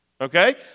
Okay